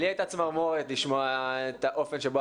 לי הייתה צמרמורת לשמוע את האופן שבו